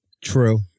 True